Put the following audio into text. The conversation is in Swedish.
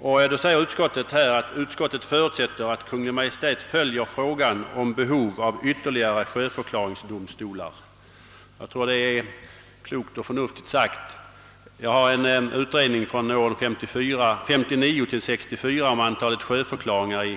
Utskottet skriver i anslutning härtill, att »utskottet förutsätter att Kungl. Maj:t följer frågan om behov av ytterligare sjöförklaringsdomstolar». Jag tror att det är mycket klokt och förnuftigt sagt. En utredning från åren 1959—1964 om antalet sjöförklaringar